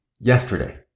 Yesterday